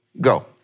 Go